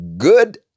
Good